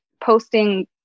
posting